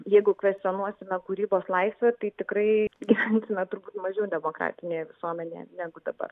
jeigu kvestionuosime kūrybos laisvę tai tikrai gyvensime turbūt mažiau demokratinėje visuomenėje negu dabar